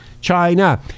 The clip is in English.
China